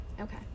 okay